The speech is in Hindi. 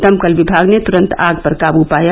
दमकल विभाग ने तुरंत आग पर काबू पाया